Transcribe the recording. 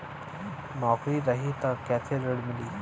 नौकरी रही त कैसे ऋण मिली?